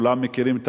כולם מכירים,